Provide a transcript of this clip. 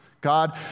God